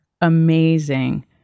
amazing